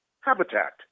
habitat